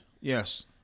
yes